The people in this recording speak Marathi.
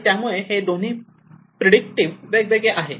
आणि त्यामुळे हे दोन्हीही प्रेडिक्टिव्ह वेगळे आहेत